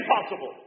impossible